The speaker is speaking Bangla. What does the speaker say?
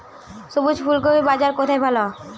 সবুজ ফুলকপির বাজার কোথায় ভালো?